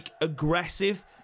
aggressive